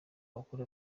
wakora